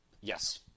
Yes